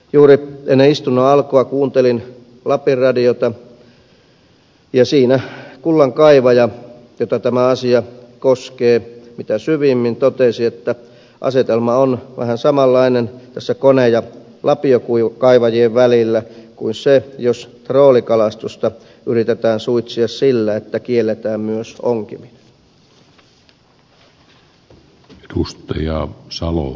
juuri ennen istunnon alkua kuuntelin lapin radiota ja siinä kullankaivaja jota tämä asia koskee mitä syvimmin totesi että asetelma kone ja lapiokaivajien välillä on vähän samanlainen kuin jos troolikalastusta yritetään suitsia sillä että kielletään myös onkiminen